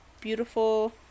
beautiful